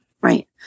Right